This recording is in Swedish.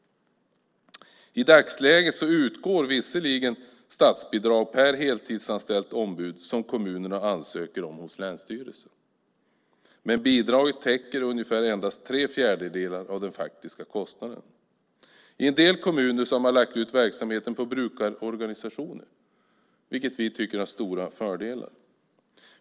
I dagsläget utgår visserligen statsbidrag per heltidsanställt ombud som kommunerna ansöker om hos länsstyrelsen. Men bidraget täcker ungefärligt endast tre fjärdedelar av den faktiska kostnaden. I en del kommuner har man lagt ut verksamheten på brukarorganisationer, vilket vi tycker har stora fördelar.